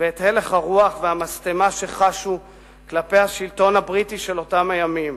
ואת הלך הרוח והמשטמה שחשו כלפי השלטון הבריטי של אותם הימים.